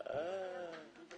הישיבה